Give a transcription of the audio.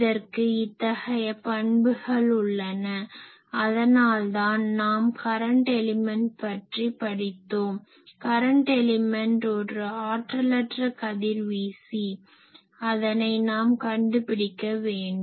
இதற்கு இத்தகைய பண்புகள் உள்ளன அதனால்தான் நாம் கரன்ட் எலிமென்ட் பற்றி படித்தோம் கரன்ட் எலிமென்ட் ஒரு ஆற்றலற்ற கதிர்வீசி அதனை நாம் கண்டு பிடிக்க வேண்டும்